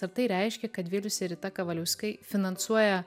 ar tai reiškia kad vilius ir rita kavaliauskai finansuoja